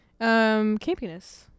Campiness